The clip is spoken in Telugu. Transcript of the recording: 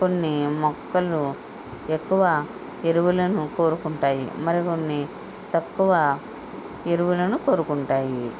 కొన్ని మొక్కలు ఎక్కువ ఎరువులను కోరుకుంటాయి మరికొన్ని తక్కువ ఎరువులను కోరుకుంటాయి